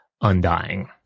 undying